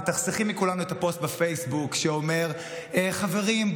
ותחסכי מכולנו את הפוסט בפייסבוק שאומר: חברים,